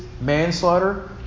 manslaughter